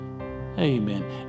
Amen